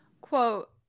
Quote